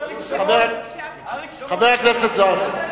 אריק שרון בנה את זה,